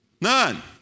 None